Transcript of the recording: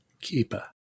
keeper